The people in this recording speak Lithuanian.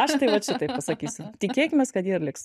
aš tai vat šitaip pasakysiu tikėkimės kad ji ir liks